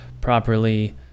properly